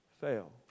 fail